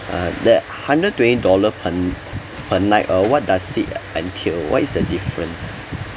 uh that hundred twenty dollar per per night uh what does it entail what is the difference